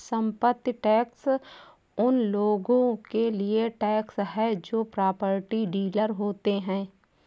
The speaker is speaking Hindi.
संपत्ति टैक्स उन लोगों के लिए टैक्स है जो प्रॉपर्टी डीलर होते हैं